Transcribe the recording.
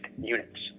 units